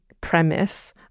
premise